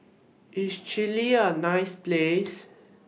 IS Chile A nice Place